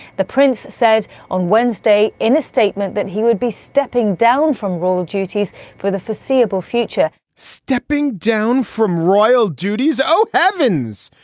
the prince said on wednesday in a statement that he would be stepping down from roeland duties for the foreseeable future stepping down from royal duties. oh, heavens,